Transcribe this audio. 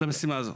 למשימה הזו.